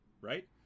Right